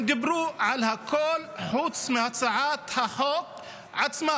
הם דיברו על הכול חוץ מהצעת החוק עצמה.